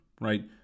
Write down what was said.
right